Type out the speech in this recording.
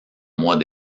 mois